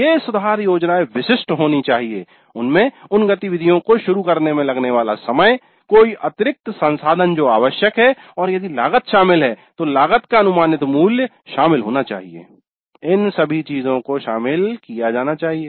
ये सुधार योजनाएं विशिष्ट होनी चाहिए उनमें उन गतिविधियों को शुरू करने में लगने वाला समय कोई अतिरिक्त संसाधन जो आवश्यक हैं और यदि लागत शामिल है तो लागत का अनुमानित मूल्य शामिल होना चाहिए इन सभी चीजों को शामिल किया जाना चाहिए